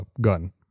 gun